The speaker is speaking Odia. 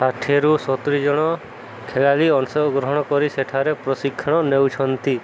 ଷାଠିଏରୁ ସତୁୁରି ଜଣ ଖେଳାଳି ଅଂଶଗ୍ରହଣ କରି ସେଠାରେ ପ୍ରଶିକ୍ଷଣ ନେଉଛନ୍ତି